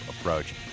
approach